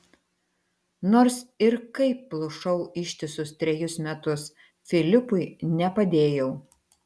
nors ir kaip plušau ištisus trejus metus filipui nepadėjau